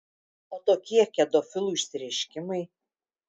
o tokie kedofilų išsireiškimai